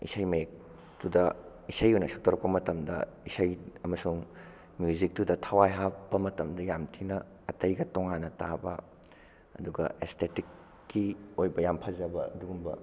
ꯏꯁꯩ ꯃꯌꯦꯛꯇꯨꯗ ꯏꯁꯩ ꯑꯣꯏꯅ ꯁꯛꯇꯣꯔꯛꯄ ꯃꯇꯝꯗ ꯏꯁꯩ ꯑꯃꯁꯨꯡ ꯃ꯭ꯌꯨꯖꯤꯛꯇꯨꯗ ꯊꯋꯥꯏ ꯍꯥꯞꯄ ꯃꯇꯝꯗ ꯌꯥꯝ ꯊꯤꯅ ꯑꯇꯩꯒ ꯇꯣꯉꯥꯟꯅ ꯇꯥꯕ ꯑꯗꯨꯒ ꯑꯦꯁꯇꯦꯇꯤꯛꯀꯤ ꯑꯣꯏꯕ ꯌꯥꯝ ꯐꯖꯕ ꯑꯗꯨꯒꯨꯝꯕ